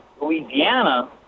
Louisiana